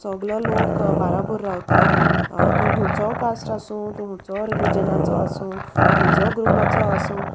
सोगलो लोक बाराबोर रावता तूं हुंचो कास्ट आसूं तूं हुंचो रिलीजनाचो आसूं हुंचो ग्रुपाचो आसूं